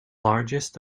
largest